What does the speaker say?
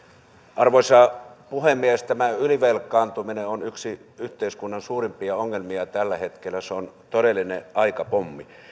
arvoisa puhemies tämä ylivelkaantuminen on yksi yhteiskunnan suurimpia ongelmia tällä hetkellä se on todellinen aikapommi